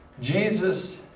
Jesus